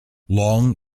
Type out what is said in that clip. long